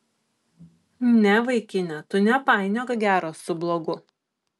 ne vaikine tu nepainiok gero su blogu